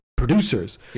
producers